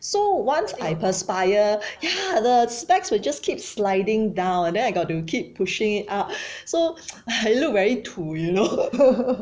so once I perspire ya the specs will just keep sliding down and then I got to keep pushing it up so I look very 土 you know